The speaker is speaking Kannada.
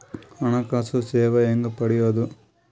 ಹಣಕಾಸು ಸೇವಾ ಹೆಂಗ ಪಡಿಯೊದ?